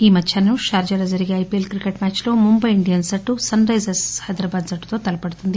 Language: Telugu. ఈ మధ్యాహ్నం షార్లా లో జరిగే ఐపిఎల్ క్రికెట్ మ్యాచ్లో ముంబాయి ఇండియన్స్జట్టు సన్రైజర్స్ హైదరాబాద్ జట్టుతో తలపడుతుంది